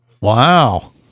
Wow